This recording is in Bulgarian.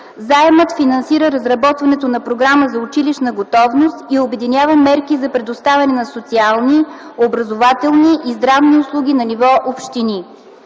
Заемът финансира разработването на програма за училищна готовност и обединява мерки за предоставяне на социални, образователни и здравни услуги на ниво общини.